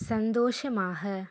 சந்தோஷமாக